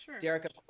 Derek